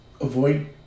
Avoid